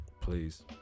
please